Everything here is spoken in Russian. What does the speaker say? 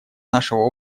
нашего